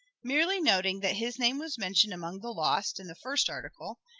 merely noting that his name was mentioned among the lost, in the first article,